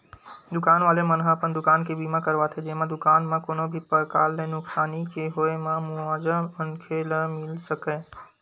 दुकान वाले मन ह अपन दुकान के बीमा करवाथे जेमा दुकान म कोनो भी परकार ले नुकसानी के होय म मुवाजा मनखे ल मिले सकय